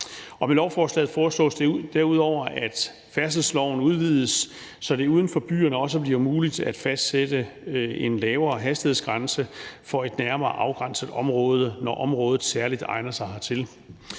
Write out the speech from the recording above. Med lovforslaget foreslås derudover, at færdselsloven udvides, så det uden for byerne også bliver muligt at fastsætte en lavere hastighedsgrænse for et nærmere afgrænset område, når området særlig egner sig hertil.